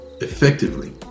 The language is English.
effectively